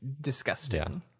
disgusting